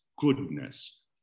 goodness